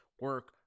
Work